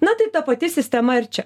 na tai ta pati sistema ir čia